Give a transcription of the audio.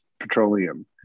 petroleum